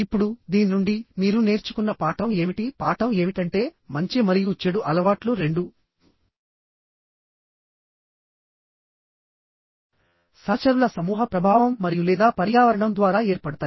ఇప్పుడు దీని నుండి మీరు నేర్చుకున్న పాఠం ఏమిటిపాఠం ఏమిటంటే మంచి మరియు చెడు అలవాట్లు రెండూ సహచరుల సమూహ ప్రభావం మరియులేదా పర్యావరణం ద్వారా ఏర్పడతాయి